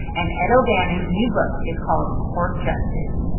and ed o'bannon's new book is called court justice.